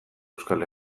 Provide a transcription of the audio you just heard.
euskal